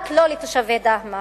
רק לא תושבי דהמש.